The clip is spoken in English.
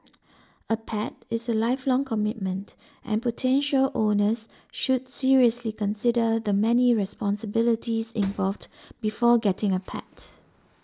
a pet is a lifelong commitment and potential owners should seriously consider the many responsibilities involved before getting a pet